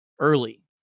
early